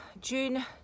June